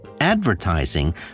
advertising